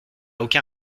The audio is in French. aucun